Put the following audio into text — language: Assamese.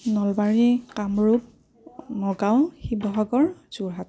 নলবাৰী কামৰূপ নগাঁও শিৱসাগৰ যোৰহাট